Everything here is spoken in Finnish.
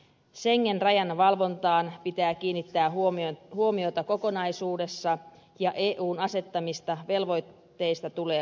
schengen rajan valvontaan pitää kiinnittää huomiota kokonaisuudessaan ja eun asettamista velvoitteista tulee huolehtia